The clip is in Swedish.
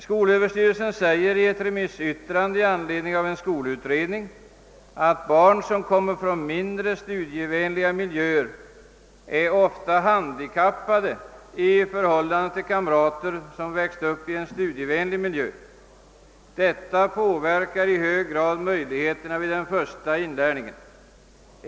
Skolöverstyrelsen säger i ett remissyttrande i anledning av en skolutredning, att »barn som kommer från mindre studievänliga miljöer är ofta handikappade i förhållande till kamrater som växt upp i studievänlig miljö. Detta påverkar i hög grad möjligheterna vid den första inlärningen.